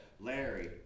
Larry